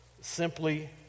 Simply